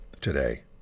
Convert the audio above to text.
today